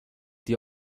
dir